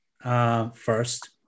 first